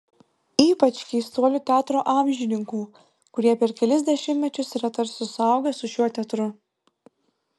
ypač keistuolių teatro amžininkų kurie per kelis dešimtmečius yra tarsi suaugę su šiuo teatru